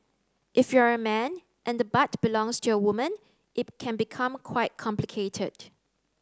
if you're a man and the butt belongs to a woman it can become quite complicated